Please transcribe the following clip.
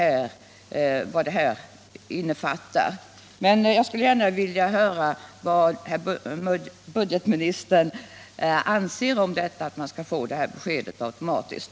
av information från Jag vill nu gärna höra vad budgetministern anser om förslaget att pen = myndigheter sionärerna bör få sådana besked automatiskt.